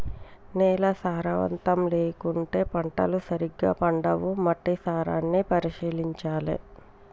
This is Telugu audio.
నేల సారవంతం లేకుంటే పంటలు సరిగా పండవు, మట్టి సారాన్ని పరిశీలించాలె